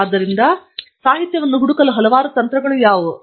ಆದ್ದರಿಂದ ಸಾಹಿತ್ಯವನ್ನು ಹುಡುಕಲು ಹಲವಾರು ತಂತ್ರಗಳು ಯಾವುವು